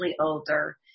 older